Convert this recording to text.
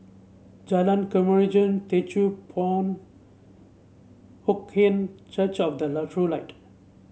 Jalan Kemajuan Teochew Poit Ip Huay Kuan Church of the True Light